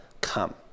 come